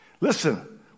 listen